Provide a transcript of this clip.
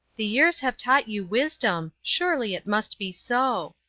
the years have taught you wisdom surely it must be so.